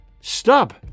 Stop